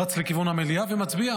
לכיוון המליאה ומצביע.